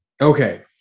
Okay